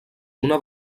una